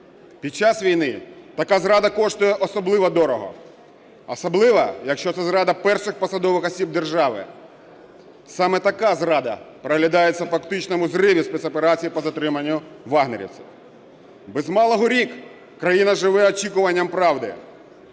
Під час війни така зрада коштує особливо дорого. Особливо, якщо це зрада перших посадових осіб держави. Саме така зрада проглядається у фактичному зриві спецоперації по затриманню "вагнерівців". Без малого рік країна живе очікуванням правди.